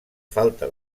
falta